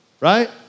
Right